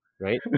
right